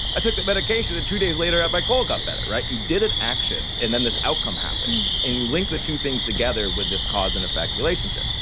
i took that medication and two days letter my cold got better. you did an action and then this outcome happened and you link the two things together with this cause-and-effect relationship.